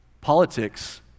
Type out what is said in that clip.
Politics